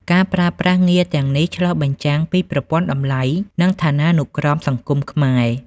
ការប្រើប្រាស់ងារទាំងនេះឆ្លុះបញ្ចាំងពីប្រព័ន្ធតម្លៃ និងឋានានុក្រមសង្គមខ្មែរ។